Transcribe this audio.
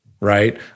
right